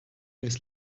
days